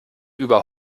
über